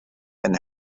and